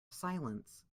silence